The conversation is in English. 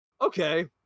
okay